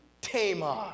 Tamar